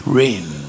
rain